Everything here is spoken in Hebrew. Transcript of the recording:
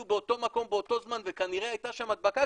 באותו מקום באותו זמן וכנראה שהייתה שם הדבקה,